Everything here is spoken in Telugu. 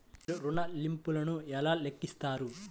మీరు ఋణ ల్లింపులను ఎలా లెక్కిస్తారు?